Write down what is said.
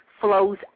flows